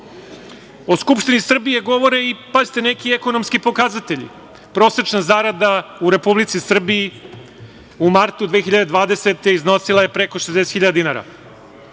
Skupštini Srbije govore i neki ekonomski pokazatelji, prosečna zarada u Republici Srbiji, u martu 2020. godine iznosila je preko 60 hiljada dinara.